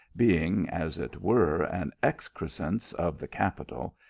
being, as it were, an excrescence of the capital,